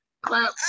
clap